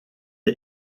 est